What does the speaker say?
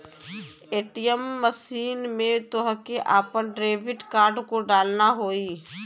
ATM machine में तोहके आपन डेबिट कार्ड को डालना होई